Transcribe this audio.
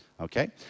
okay